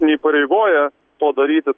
neįpareigoja to daryti